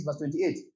28